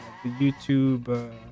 YouTube